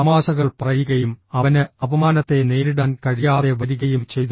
തമാശകൾ പറയുകയും അവന് അപമാനത്തെ നേരിടാൻ കഴിയാതെ വരികയും ചെയ്തു